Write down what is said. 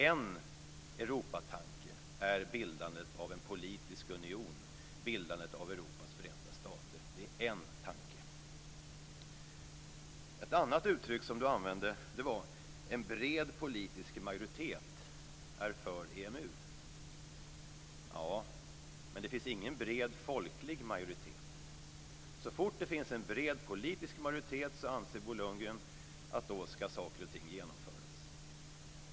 En Europatanke är bildandet av en politisk union, bildandet av Europas förenta stater. Det är en tanke. Ett annat uttryck som Bo Lundgren använde var att en bred politisk majoritet är för EMU. Ja, men det finns ingen bred folklig majoritet. Så fort det finns en bred politisk majoritet så anser Bo Lundgren att saker och ting ska genomföras.